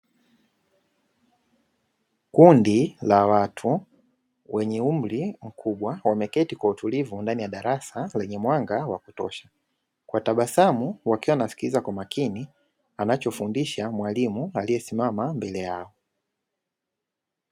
Kundi la watu wenye umri mkubwa, wameketi kwa utulivu ndani ya darasa lenye mwanga wa kutosha. Kwa tabasamu wakiwa wanasikiliza kwa makini anachofundisha mwalimu aliyesimama mbele yao.